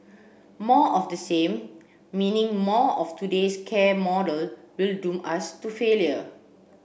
more of the same meaning more of today's care model will doom us to failure